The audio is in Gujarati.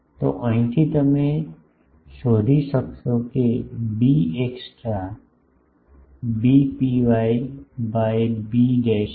તો અહીંથી તમે શોધી શકશો કે B extra B ρ1 by B છે